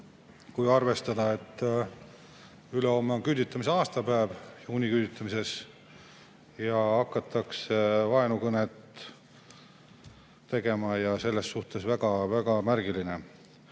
Kui arvestada, et ülehomme on küüditamise aastapäev, juuniküüditamise, ja hakatakse vaenukõnet tegema, siis selles suhtes on väga-väga märgiline.